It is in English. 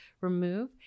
remove